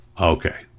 Okay